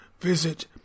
visit